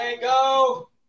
go